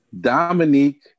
Dominique